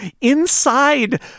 Inside